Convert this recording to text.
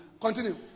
Continue